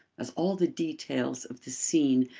as all the details of the scene,